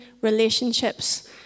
relationships